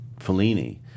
Fellini